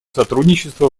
сотрудничества